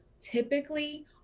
typically